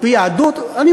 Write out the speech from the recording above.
אין לי